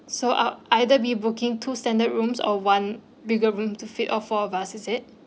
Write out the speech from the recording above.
so I'll either be booking two standard rooms or one bigger room to fit all four of us is it